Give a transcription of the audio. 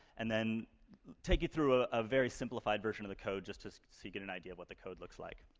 and then take you through a ah very simplified version of the code just to so you get an idea of what the code looks like.